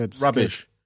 Rubbish